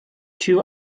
two